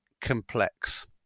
complex